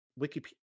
Wikipedia